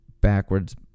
backwards